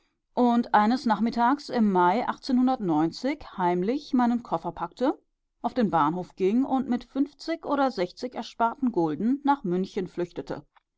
und eines nachmittags im mai heimlich meinen koffer packte auf den bahnhof ging und mit fünfzig oder sechzig ersparten gulden nach münchen flüchtete